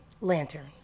Lantern